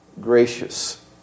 gracious